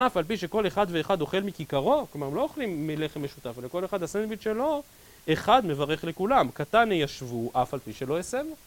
אף על פי שכל אחד ואחד אוכל מכיכרו, כלומר הם לא אוכלים מלחם משותף, ולכל אחד הסנדוויץ שלו, אחד מברך לכולם. קטני ישבו, אף על פי שלא יסב.